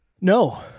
No